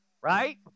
right